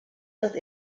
wird